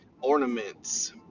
ornaments